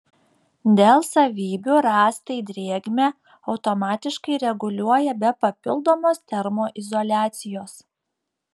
dėl savybių rąstai drėgmę automatiškai reguliuoja be papildomos termoizoliacijos